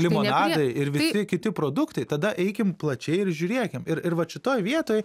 limonadai ir visi kiti produktai tada eikim plačiai ir žiūrėkime ir ir vat šitoj vietoj